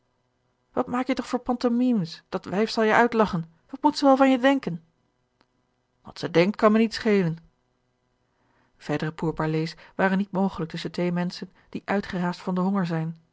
wat maak je toch voor pantomimes dat wijf zal je uitlagchen wat moet ze wel van je denken wat zij denkt kan mij niet schelen verdere pourparlers waren niet mogelijk tusschen twee menschen die uitgeraasd van den honger zijn